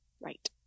Right